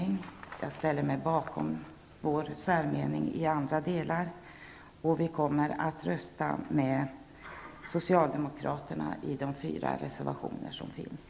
I övriga delar ställer jag mig bakom vår meningsyttring, och vi kommer att rösta med socialdemokraterna i de fyra reservationerna till betänkandet.